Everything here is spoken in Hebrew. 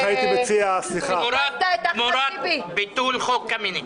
תמורת ביטול חוק קמיניץ.